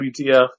WTF